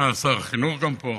אה, גם שר החינוך פה,